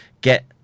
get